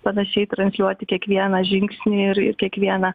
panašiai transliuoti kiekvieną žingsnį ir ir kiekvieną